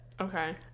Okay